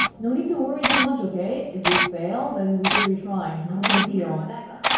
no need to worry too much, okay? if we fail, then we just retry, not a big deal ah, no,